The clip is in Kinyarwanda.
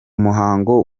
muhango